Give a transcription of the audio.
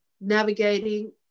navigating